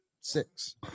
six